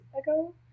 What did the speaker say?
ago